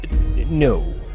no